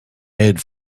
made